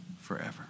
forever